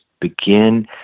begin